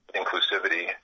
inclusivity